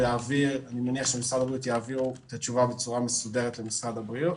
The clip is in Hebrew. אני מניח שמשרד הבריאות יעבירו את התשובה בצורה מסודרת לוועדה.